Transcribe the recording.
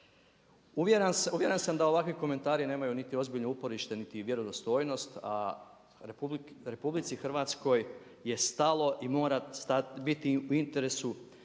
Uvjeren sam da ovakvi komentari nemaju niti ozbiljno uporište niti vjerodostojnost a RH je stalo i mora biti u interesu